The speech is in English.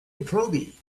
proby